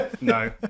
no